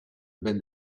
ben